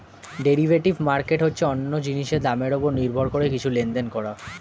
derivative market হচ্ছে অন্য জিনিসের দামের উপর নির্ভর করে কিছু লেনদেন করা